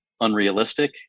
unrealistic